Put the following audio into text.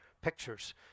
pictures